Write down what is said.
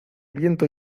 viento